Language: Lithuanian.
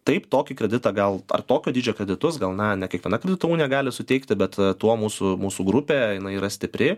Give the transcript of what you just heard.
taip tokį kreditą gal ar tokio dydžio kreditus gal na ne kiekviena kredito unija gali suteikti bet tuo mūsų mūsų grupė yra stipri